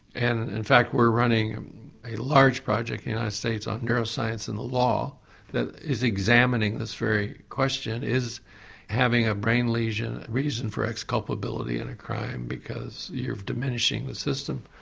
and in fact we're running a large project in the united states on neuroscience and the law that is examining this very question is having a brain lesion a reason for exculpability in a crime because you're diminishing the system.